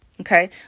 Okay